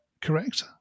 correct